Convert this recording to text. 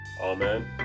Amen